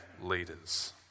leaders